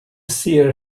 seer